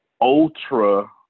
ultra